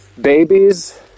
babies